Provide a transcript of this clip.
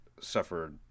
suffered